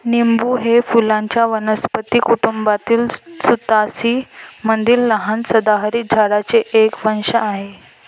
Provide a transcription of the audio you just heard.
लिंबू हे फुलांच्या वनस्पती कुटुंबातील रुतासी मधील लहान सदाहरित झाडांचे एक वंश आहे